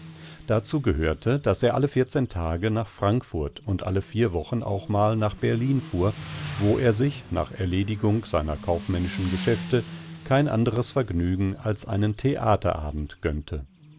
dazu gehörte daß er alle vierzehn tage nach frankfurt und alle vier wochen auch mal nach berlin fuhr wo er sich nach erledigung seiner kaufmännischen geschäfte kein anderes vergnügen als einen theaterabend gönnte